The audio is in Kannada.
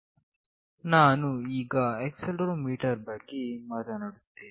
O ನಾನು ಈಗ ಆಕ್ಸೆಲೆರೋಮೀಟರ್ ನ ಬಗ್ಗೆ ಮಾತನಾಡುತ್ತೇನೆ